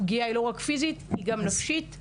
הפגיעה לא רק פיזית היא גם נפשית,